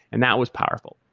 and that was powerful.